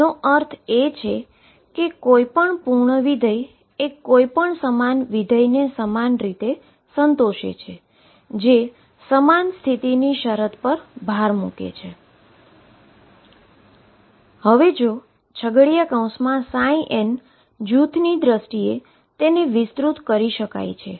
તેનો અર્થ એ છે કે કોઈપણ પૂર્ણ ફંક્શન એ કોઈપણ સમાન ફંક્શન ને સમાન રીતે સંતોષે છે અને જે સમાન સીમાની શરત પર ભાર મૂકે છે nસેટની દ્રષ્ટિએ તેને વિસ્તૃત કરી શકાય છે